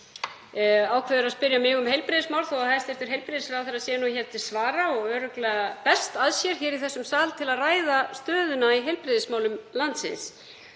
ákveður að spyrja mig um heilbrigðismál þó að hæstv. heilbrigðisráðherra sé hér til svara og örugglega best að sér í þessum sal til að ræða stöðuna í heilbrigðismálum landsins.